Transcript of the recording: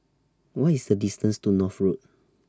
What IS The distance to North Road